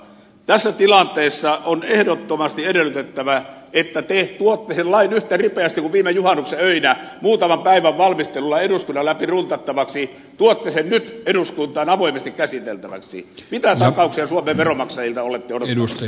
tässä tilanteessa on ehdottomasti edellytettävä että te tuotte sen lain yhtä ripeästi kuin viime juhannuksen öinä muutaman päivän valmistelulla eduskunnan läpi runtattavaksi tuotte sen nyt eduskuntaan avoimesti käsiteltäväksi mitä takauksia suomen veronmaksajilta olette odottamassa